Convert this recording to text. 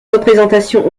représentations